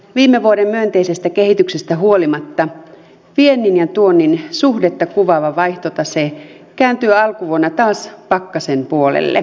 viime vuoden myönteisestä kehityksestä huolimatta viennin ja tuonnin suhdetta kuvaava vaihtotase kääntyi alkuvuonna taas pakkasen puolelle